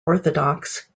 orthodox